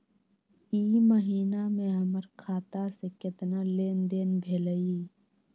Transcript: ई महीना में हमर खाता से केतना लेनदेन भेलइ?